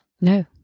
No